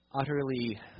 utterly